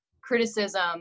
criticism